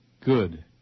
good